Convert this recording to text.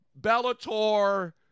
Bellator